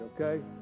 okay